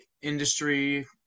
industry